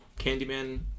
Candyman